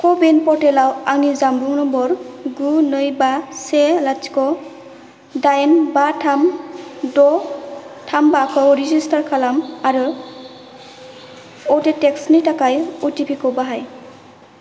क' विन पर्टेलाव आंनि जानबुं नम्बर गु नै बा से लाथिख' दाइन बा थाम द' थाम बेखौ रेजिस्टार खालाम आरो अथेन्टिकेसननि थाखाय अटिपि खौ बाहाय